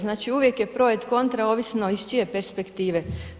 Znači uvijek je pro et contra, ovisno iz čije perspektive.